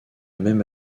même